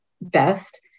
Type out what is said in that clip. best